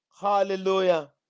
hallelujah